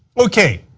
okay,